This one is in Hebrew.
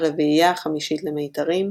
הרביעייה החמישית למיתרים,